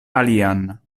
alian